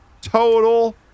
total